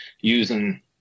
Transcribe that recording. using